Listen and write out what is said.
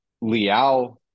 liao